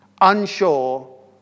unsure